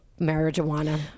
marijuana